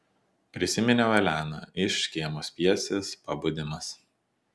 prisiminiau eleną iš škėmos pjesės pabudimas